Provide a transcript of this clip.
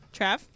Trav